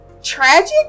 tragic